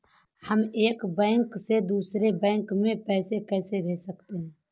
हम एक बैंक से दूसरे बैंक में पैसे कैसे भेज सकते हैं?